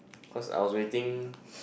cause I was waiting